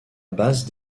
base